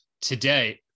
today